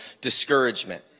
discouragement